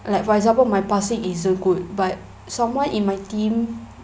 like for example my passing isn't good but someone in my team